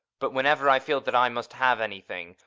but whenever i feel that i must have anything,